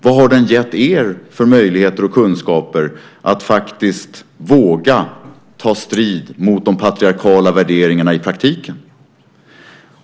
Vad har den gett er för möjligheter och kunskaper att faktiskt våga ta strid mot de patriarkala värderingarna i praktiken?